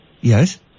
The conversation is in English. Yes